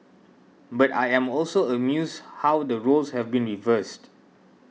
but I am also amused how the roles have been reversed